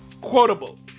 quotable